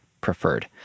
preferred